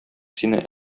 сине